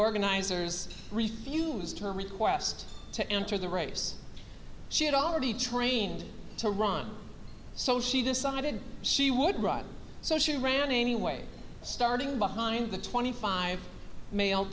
organizers refuse term request to enter the race she had already trained to run so she decided she would run so she ran anyway starting behind the twenty five male